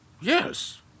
Yes